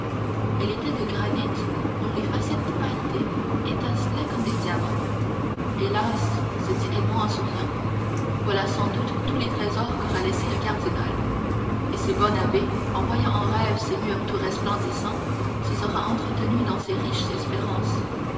elle était de granit dont les facettes pailletées étincelaient comme des diamants hélas se dit edmond en souriant voilà sans doute tous les trésors qu'aura laissés le cardinal et ce bon abbé en voyant en rêve ces murs tout resplendissants se sera entretenu dans ses riches espérances